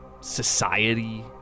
society